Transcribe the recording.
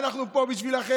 אנחנו פה בשבילכם,